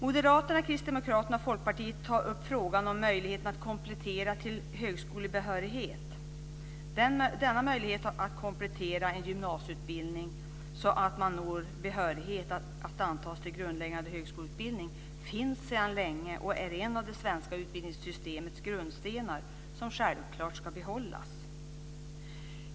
Moderaterna, Kristdemokraterna och Folkpartiet tar upp frågan om möjligheten att komplettera till högskolebehörighet. Denna möjlighet att komplettera en gymnasieutbildning så att man når behörighet att antas till grundläggande högskoleutbildning finns sedan länge och är en av det svenska utbildningssystemets grundstenar som självklart ska behållas.